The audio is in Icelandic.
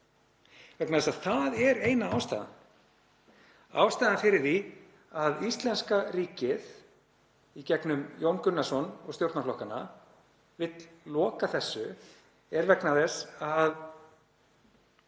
Vegna þess að það er eina ástæðan. Ástæðan fyrir því að íslenska ríkið, í gegnum Jón Gunnarsson og stjórnarflokkana, vill loka þessu er vegna þess að